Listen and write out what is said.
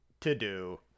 to-do